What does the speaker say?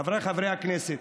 חבריי חברי הכנסת,